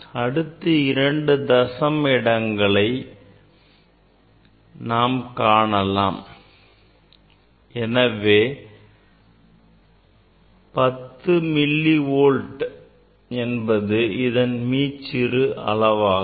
அடுத்து இரண்டு தசம இடங்களை காணலாம் எனவே 10 மில்லி வோல்ட் என்பது இதன் மீச்சிறு அளவையாகும்